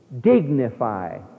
dignify